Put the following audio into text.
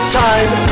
time